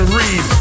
read